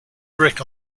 brick